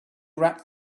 wrapped